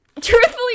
truthfully